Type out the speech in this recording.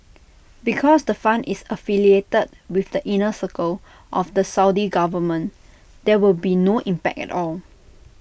because the fund is affiliated with the inner circle of the Saudi government there will be no impact at all